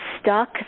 stuck